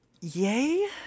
yay